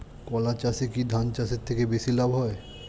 কলা চাষে কী ধান চাষের থেকে বেশী লাভ হয়?